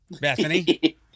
Bethany